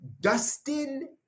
Dustin